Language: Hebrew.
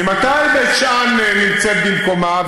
ממתי בית שאן נמצאת במקומה?